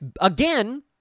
again